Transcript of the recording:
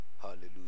hallelujah